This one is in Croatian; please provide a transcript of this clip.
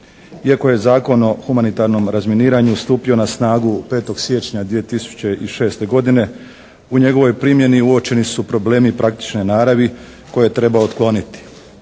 Iako je Zakon o humanitarnom razminiranju stupio na snagu 5. siječnja 2006. godine u njegovoj primjeni uočeni su problemi praktične naravi koje treba otkloniti.